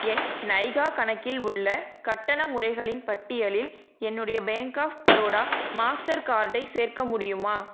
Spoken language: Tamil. என் நைகா கணக்கில் உள்ள கட்டண முறைகளின் பட்டியலில் என்னுடைய பேங்க் ஆஃப் பரோடா மாஸ்டர் கார்டை சேர்க்க முடியுமா